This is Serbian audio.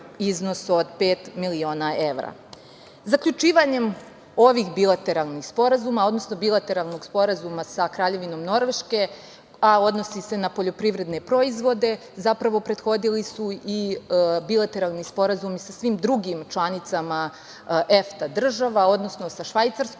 iznos od pet miliona evra. Zaključivanjem ovih bilateralnih sporazuma, odnosno, bilateralnog sporazuma sa Kraljevinom Norveške, a odnosi se na poljoprivredne proizvode, zapravo prethodili su i bilateralni sporazumi sa svim drugim članicama EFTA država, odnosno sa Švajcarskom,